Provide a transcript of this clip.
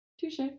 Touche